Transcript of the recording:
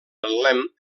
betlem